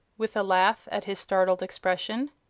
with a laugh at his startled expression.